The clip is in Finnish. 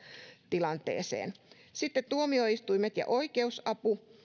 tilanteeseen on ponsikin sitten tuomioistuimet ja oikeusapu